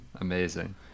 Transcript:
Amazing